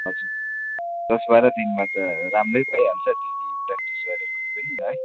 हजुर दस बाह्र दिनमा त राम्रै भइहाल्छ नि प्र्याक्टिस गऱ्यो भने पनि है